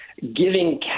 Giving